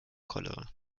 cholera